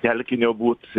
telkinio būt